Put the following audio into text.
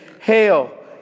Hail